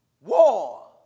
war